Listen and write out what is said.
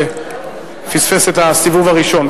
שפספס את הסיבוב הראשון.